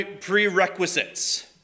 prerequisites